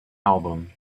album